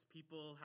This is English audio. People